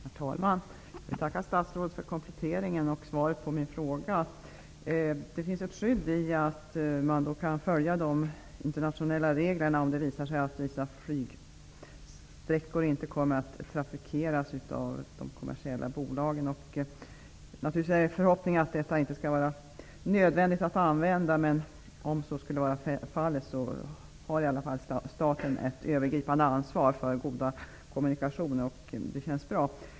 Herr talman! Jag tackar statsrådet för kompletteringen av svaret på min fråga. Det finns ett skydd i att man kan följa de internationella reglerna, om det visar sig att vissa flygsträckor inte kommer att trafikeras av de kommersiella bolagen. Naturligtvis är det min förhoppning att det inte skall vara nödvändigt att tillämpa dessa regler, men om så skulle vara fallet har ändå staten ett övergripande ansvar för goda kommunikationer, och det känns bra.